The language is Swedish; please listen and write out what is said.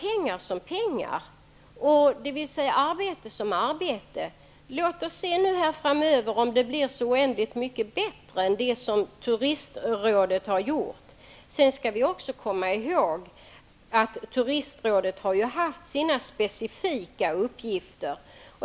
Pengar som pengar och arbete som arbete. Låt oss se om det framöver blir så oändligt mycket bättre än vad det var under Turistrådets tid. Vi skall också komma ihåg att Turistrådet har haft sina specifika uppgifter.